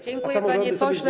Dziękuję, panie pośle.